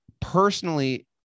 Personally